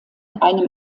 einem